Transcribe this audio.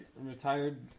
Retired